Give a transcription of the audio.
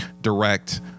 direct